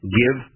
give